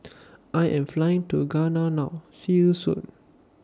I Am Flying to Ghana now See YOU Soon